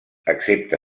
accepta